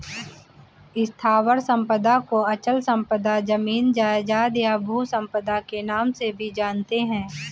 स्थावर संपदा को अचल संपदा, जमीन जायजाद, या भू संपदा के नाम से भी जानते हैं